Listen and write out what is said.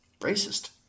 Racist